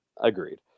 Agreed